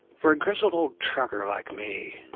for a grizzled old trucker like me,